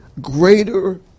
greater